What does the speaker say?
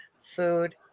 food